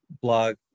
blog